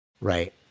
Right